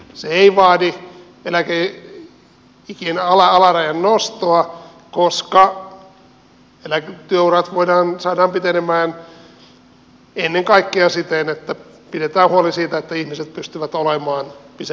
se ei vaadi eläkeikien alarajojen nostoa koska työurat saadaan pitenemään ennen kaikkea siten että pidetään huoli siitä että ihmiset pystyvät olemaan pidempään työssä